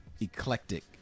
eclectic